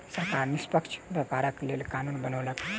सरकार निष्पक्ष व्यापारक लेल कानून बनौलक